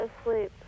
Asleep